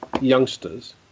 youngsters